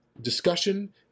discussion